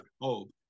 hope